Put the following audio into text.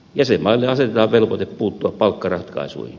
jäsenmaille asetetaan velvoite puuttua palkkaratkaisuihin